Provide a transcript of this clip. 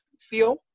feel